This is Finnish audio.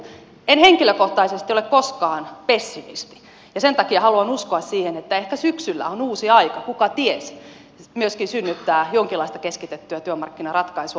en henkilökohtaisesti ole koskaan pessimisti ja sen takia haluan uskoa siihen että ehkä syksyllä on uusi aika kukaties myöskin synnyttää jonkinlaista keskitettyä työmarkkinaratkaisua